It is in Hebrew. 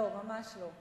לא, ממש לא.